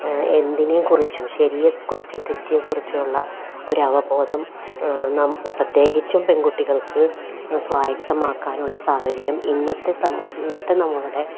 എന്തിനെക്കുറിച്ചും ശരിയെക്കുറിച്ചും തെറ്റിയെക്കുറിച്ചുള്ള ഒരവബോധം പ്രത്യേകിച്ചും പെൺകുട്ടികൾക്കു സ്വായത്തമാക്കാനുള്ള സാഹചര്യം ഇന്നത്തെ ഇന്നത്തെ നമ്മളുടെ